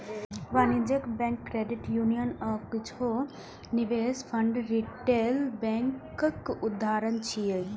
वाणिज्यिक bank, credit union आ किछु निवेश फंड रिटेल बैंकक उदाहरण छियै